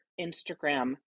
Instagram